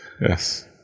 yes